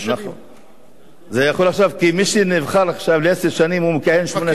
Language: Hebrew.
נכון, כי מי שנבחר עכשיו לעשר שנים, מכהן 18 שנה.